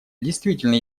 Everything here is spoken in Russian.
действительно